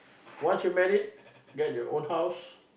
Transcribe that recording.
once you married get your own house